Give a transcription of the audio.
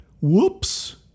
Whoops